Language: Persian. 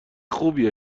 خوبی